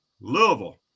louisville